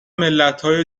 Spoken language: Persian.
ملتهای